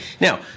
Now